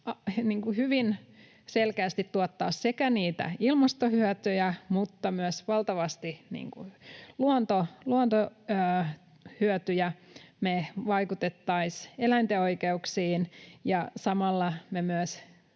hyvin selkeästi tuottaa sekä niitä ilmastohyötyjä mutta myös valtavasti luontohyötyjä. Me vaikuttaisimme eläinten oikeuksiin ja samalla me myös